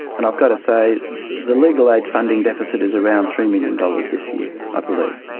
and i've got to say the legal aid funding deficit is around three million dollars this year i believe,